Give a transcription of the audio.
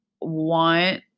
want